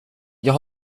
jag